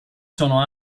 sono